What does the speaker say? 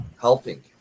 helping